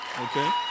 okay